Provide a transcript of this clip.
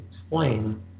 explain